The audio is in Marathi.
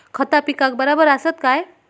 खता पिकाक बराबर आसत काय?